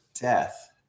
death